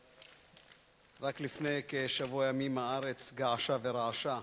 רק לפני כשבוע ימים הארץ געשה ורעשה,